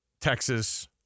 Texas